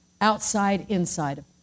outside-inside